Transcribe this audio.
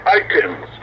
items